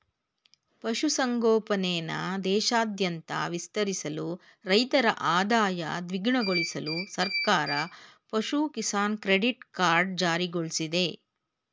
ಪಶು ಸಂಗೋಪನೆನ ದೇಶಾದ್ಯಂತ ವಿಸ್ತರಿಸಲು ರೈತರ ಆದಾಯ ದ್ವಿಗುಣಗೊಳ್ಸಲು ಸರ್ಕಾರ ಪಶು ಕಿಸಾನ್ ಕ್ರೆಡಿಟ್ ಕಾರ್ಡ್ ಜಾರಿಗೊಳ್ಸಿದೆ